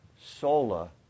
Sola